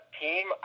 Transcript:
team